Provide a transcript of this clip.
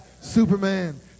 Superman